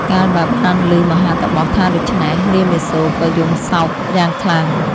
កាលបើបានឮមហាតាបសថាដូច្នេះ រាមាសូរក៏យំសោកយ៉ាងខ្លាំង។